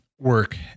work